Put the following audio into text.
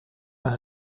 aan